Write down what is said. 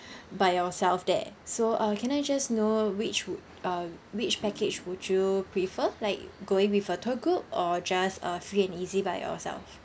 by yourself there so uh can I just know which would uh which package would you prefer like going with a tour group or just a free and easy by yourself